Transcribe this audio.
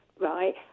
right